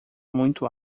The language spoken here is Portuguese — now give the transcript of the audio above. muito